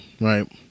right